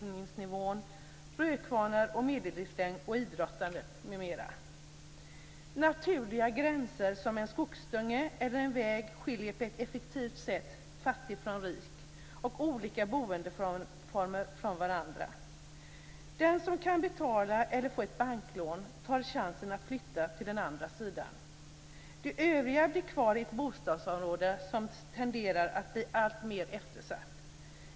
Naturliga gränser som en skogsdunge eller en väg skiljer på ett effektivt sätt fattig från rik och olika boendeformer från varandra. Den som kan betala eller få ett banklån tar chansen att flytta till den andra sidan. De övriga blir kvar i ett bostadsområde som tenderar att bli alltmer eftersatt.